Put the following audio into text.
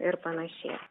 ir panašiai